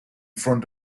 front